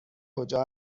کجا